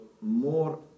more